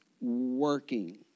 working